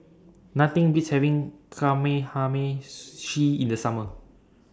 Nothing Beats having in The Summer